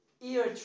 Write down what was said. ear